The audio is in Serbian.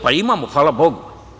Pa imamo, hvala bogu.